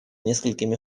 несколькими